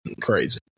crazy